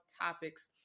topics